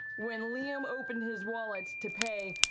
when liam opened his wallet to pay.